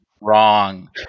wrong